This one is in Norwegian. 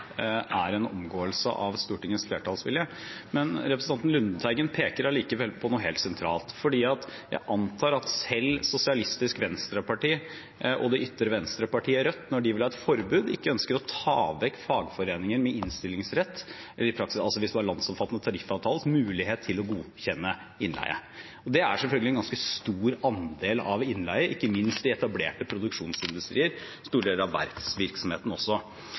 er en omgåelse av Stortingets flertallsvilje. Men representanten Lundteigen peker likevel på noe helt sentralt, for jeg antar at selv SV og ytre-venstre-partiet Rødt, når de vil ha et forbud, i praksis ikke ønsker å ta vekk fagforeninger med innstillingsretts mulighet til å godkjenne innleie – hvis man har landsomfattende tariffavtaler. Det er en ganske stor andel av innleien, ikke minst i etablerte produksjonsindustrier og også i store deler av